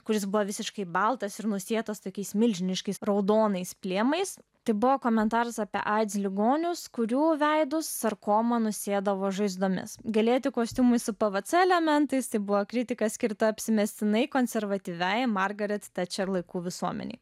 kuris buvo visiškai baltas ir nusėtos tokiais milžiniškais raudonais plėmais tai buvo komentaras apie aids ligonius kurių veidus sarkomą nusėdavo žaizdomis gelėti kostiumai su pvc elementais tai buvo kritika skirta apsimestinai konservatyviajam margaret tečer laikų visuomenei